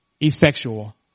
effectual